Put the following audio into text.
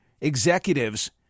executives